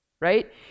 right